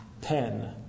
Ten